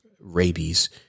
rabies